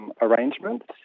arrangements